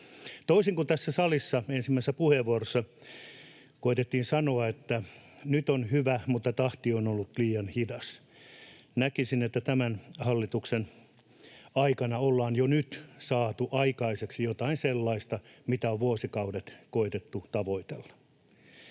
Toisin kuin tässä salissa ensimmäisessä puheenvuorossa koetettiin sanoa, että ”nyt on hyvä, mutta tahti on ollut liian hidas”, näkisin, että tämän hallituksen aikana ollaan jo nyt saatu aikaiseksi jotain sellaista, mitä on vuosikaudet koetettu tavoitella.